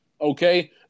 Okay